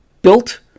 built